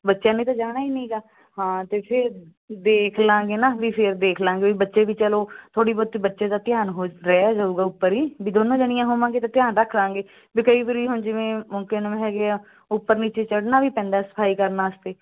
ਬੱਚਿਆਂ ਨੇ ਤਾਂ ਜਾਣਾ ਹੀ ਨਹੀਂ ਗਾ ਹਾਂ ਤੇ ਫਿਰ ਦੇਖ ਲਾਂਗੇ ਨਾ ਵੀ ਫਿਰ ਦੇਖ ਲਾਂਗੇ ਬੱਚੇ ਵੀ ਚਲੋ ਥੋੜੀ ਬਹੁਤੀ ਬੱਚੇ ਦਾ ਧਿਆਨ ਹੋ ਜਾਊਗਾ ਉੱਪਰ ਹੀ ਦੋਨੋਂ ਜਣੀਆਂ ਹੋਵਾਂਗੇ ਤਾਂ ਧਿਆਨ ਰੱਖ ਲਾਂਗੇ ਕਈ ਵਾਰੀ ਹੁਣ ਜਿਵੇਂ ਕੀ ਨਾਮ ਹੈਗੇ ਆ ਉੱਪਰ ਨੀਚੇ ਚੜਨਾ ਵੀ ਪੈਂਦਾ ਸਫਾਈ ਕਰਨਾ ਵਾਸਤੇ